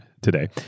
today